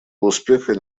успеха